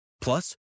Plus